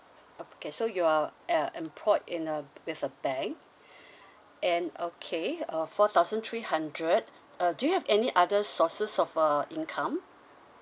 okay so you're uh employed in uh with a bank and okay uh four thousand three hundred uh do you have any other sources of uh income